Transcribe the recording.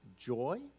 joy